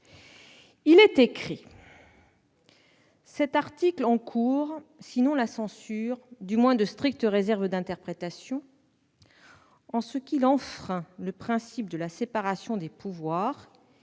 la saisine :« Cet article encourt, sinon la censure, du moins de strictes réserves d'interprétation en ce qu'il enfreint le principe de la séparation des pouvoirs